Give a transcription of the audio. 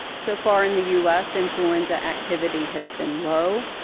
so far in the us influenza activity has been low,